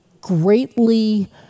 greatly